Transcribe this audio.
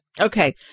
Okay